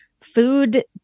food